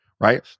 right